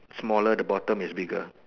smaller the bottom is bigger